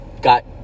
got